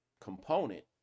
component